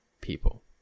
people